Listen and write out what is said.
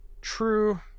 True